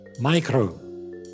Micro